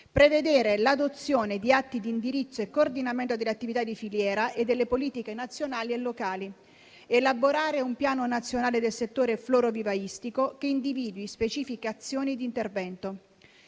prevedere l'adozione di atti di indirizzo e coordinamento delle attività di filiera e delle politiche nazionali e locali; elaborare un Piano nazionale del settore florovivaistico che individui specifiche azioni di intervento;